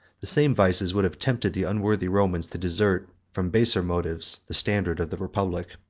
the same vices would have tempted the unworthy romans to desert, from baser motives, the standard of the republic.